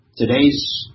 today's